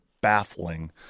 baffling